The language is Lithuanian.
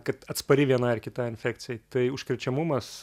kad atspari vienai ar kitai infekcijai tai užkrečiamumas